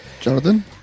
Jonathan